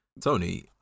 Tony